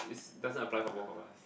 it's doesn't apply for both of us